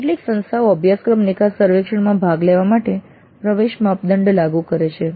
કેટલીક સંસ્થાઓ અભ્યાસક્રમ નિકાસ સર્વેક્ષણમાં ભાગ લેવા માટે પ્રવેશ માપદંડ લાગુ કરે છે